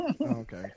Okay